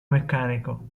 meccanico